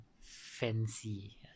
Fancy